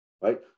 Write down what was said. right